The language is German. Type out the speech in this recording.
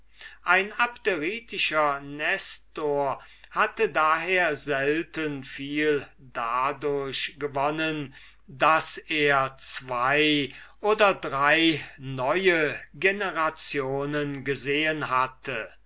ein abderitischer nestor hatte daher selten viel dadurch gewonnen daß er zwo oder drei neue generationen gesehen hatte